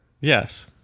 Yes